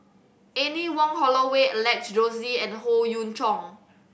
Anne Wong Holloway Alex Josey and Howe Yoon Chong